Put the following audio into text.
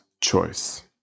choice